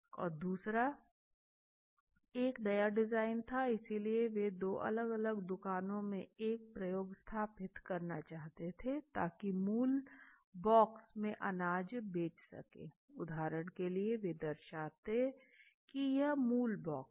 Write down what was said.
और दूसरा एक नया डिज़ाइन था इसलिए वे दो अलग अलग दुकानों में एक प्रयोग स्थापित करना चाहते थे ताकि मूल बॉक्स में अनाज बेच सके उदाहरण के लिए वे दर्शाते कि यह मूल बॉक्स है